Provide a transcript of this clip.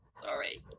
Sorry